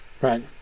right